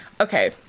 Okay